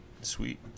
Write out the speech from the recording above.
Sweet